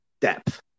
depth